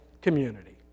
community